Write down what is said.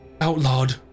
outlawed